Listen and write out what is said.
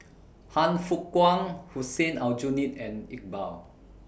Han Fook Kwang Hussein Aljunied and Iqbal